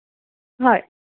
হয়